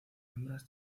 hembras